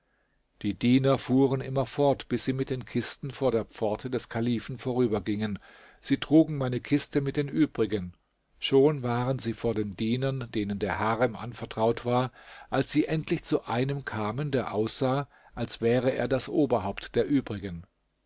die diener fuhren immer fort bis sie mit den kisten vor der pforte des kalifen vorübergingen sie trugen meine kiste mit den übrigen schon waren sie vor den dienern denen der harem anvertraut war als sie endlich zu einem kamen der aussah als wäre er das oberhaupt der übrigen